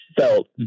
felt